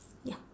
ya